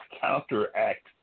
counteract